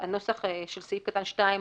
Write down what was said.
(5)בסעיף 72י